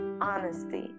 Honesty